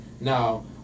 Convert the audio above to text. Now